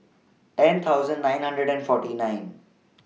ten thousand nine hundred and forty nine